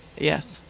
Yes